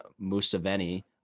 Museveni